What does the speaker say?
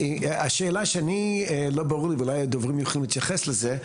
השאלה שאני לא ברור לי ואולי הדוברים יכולים להתייחס לזה,